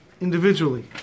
Individually